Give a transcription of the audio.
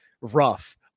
rough